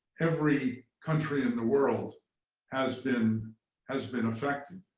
every country in the world has been has been affected.